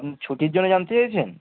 কি ছুটির জন্য জানতে চাইছেন